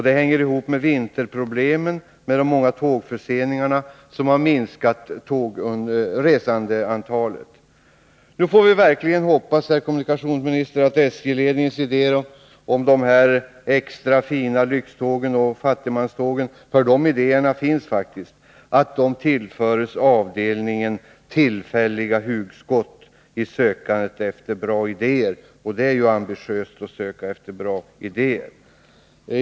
Det hänger också ihop med vinterproblemen och de många tågförseningarna. Vi får verkligen hoppas, herr kommunikationsminister, att SJ-ledningens idéer om de här extra fina lyxtågen och fattigmanstågen — de idéerna finns faktiskt — tillförs avdelningen ”tillfälliga hugskott” i sökandet efter bra idéer. Det är i och för sig ambitiöst att söka efter bra idéer.